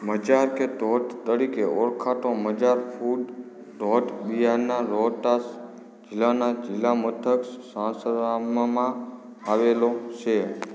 માંઝર કે ધોધ તરીકે ઓળખાતો માંઝર કુંડ ધોધ બિહારના રોહતાસ જિલ્લાના જિલ્લા મથક સાસારામમાં આવેલો છે